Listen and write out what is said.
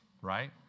right